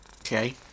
Okay